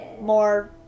more